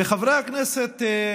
וחברי כנסת,